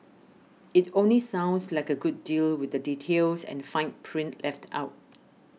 it only sounds like a good deal with the details and fine print left out